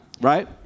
Right